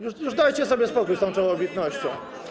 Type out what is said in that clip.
Już dajcie sobie spokój z tą czołobitnością.